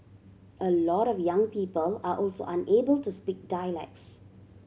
a lot of young people are also unable to speak dialects